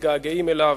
מתגעגעים אליו.